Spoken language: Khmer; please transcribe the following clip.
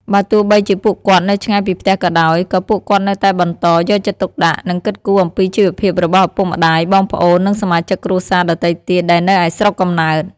បើទោះបីជាពួកគាត់នៅឆ្ងាយពីផ្ទះក៏ដោយ ក៏ពួកគាត់នៅតែបន្តយកចិត្តទុកដាក់ និងគិតគូរអំពីជីវភាពរបស់ឪពុកម្ដាយ បងប្អូន និងសមាជិកគ្រួសារដទៃទៀតដែលនៅឯស្រុកកំណើត។